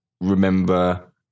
remember